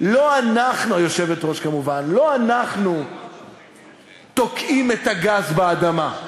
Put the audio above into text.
לא אנחנו תוקעים את הגז באדמה.